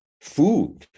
food